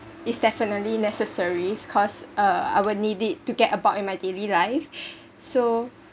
it's definitely necessary cause uh I would need it to get about in my daily life so